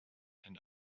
and